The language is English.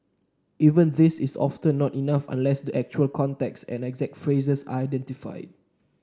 even this is often not enough unless the actual context and exact phrase are identified